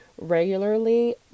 regularly